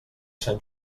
sant